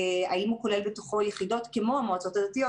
האם הוא כולל בתוכו יחידות כמו המועצות הדתיות,